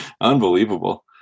Unbelievable